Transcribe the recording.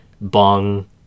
Bong